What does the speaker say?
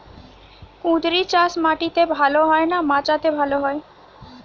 কুঁদরি চাষ মাটিতে ভালো হয় না মাচাতে ভালো হয়?